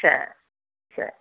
ச ச